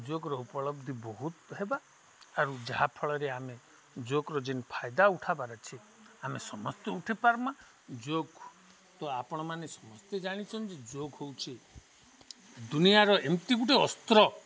ଯୋଗର ଉପଲବ୍ଧି ବହୁତ ହେବା ଆରୁ ଯାହାଫଳରେ ଆମେ ଯୋଗର ଯେନ୍ ଫାଇଦା ଉଠବାର ଅଛି ଆମେ ସମସ୍ତେ ଉଠି ପାର୍ମା ଯୋଗ ତ ଆପଣମାନେ ସମସ୍ତେ ଜାଣିଛନ୍ତି ଯେ ଯୋଗ ହଉଛି ଦୁନିଆର ଏମିତି ଗୁଟେ ଅସ୍ତ୍ର